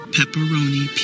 Pepperoni